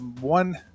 one